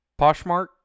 Poshmark